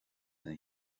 lena